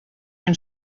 can